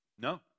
No